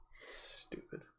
Stupid